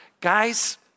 Guys